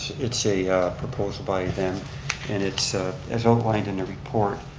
it's a proposal by them and it's ah as outlined in the report,